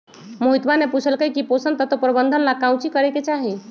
मोहितवा ने पूछल कई की पोषण तत्व प्रबंधन ला काउची करे के चाहि?